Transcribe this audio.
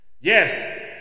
Yes